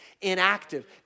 inactive